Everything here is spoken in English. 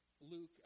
Luke